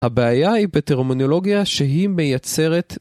הבעיה היא בטרמינולוגיה שהיא מייצרת